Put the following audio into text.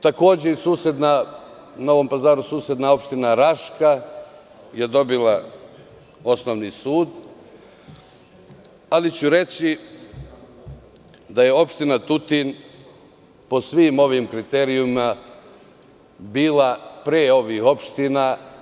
Takođe je i Novom Pazaru susedna opština Raška dobila osnovni sud, ali ću reći da je opština Tutin po svim ovim kriterijumima bila pre ovih opština.